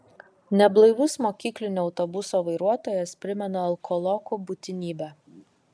neblaivus mokyklinio autobuso vairuotojas primena alkolokų būtinybę